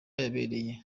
yabereye